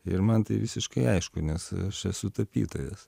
ir man tai visiškai aišku nes aš esu tapytojas